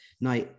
now